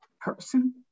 person